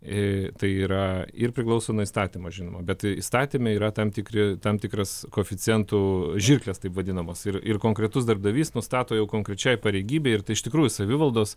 tai yra ir priklauso nuo įstatymo žinoma bet įstatyme yra tam tikri tam tikras koeficientų žirklės taip vadinamos ir ir konkretus darbdavys nustato jau konkrečiai pareigybei ir tai iš tikrųjų savivaldos